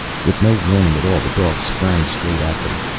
with no warning at all the dog sprang straight at them.